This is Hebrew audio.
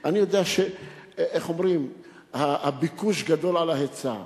אני יודע שהביקוש גדול מההיצע,